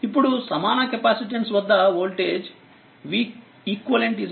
ఇప్పుడు సమాన కెపాసిటన్స్ వద్ద వోల్టేజ్ veq qeqCeq